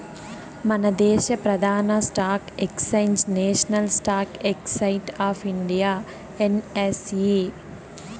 మనదేశ ప్రదాన stock exchange national stock exchange of India NSE